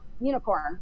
unicorn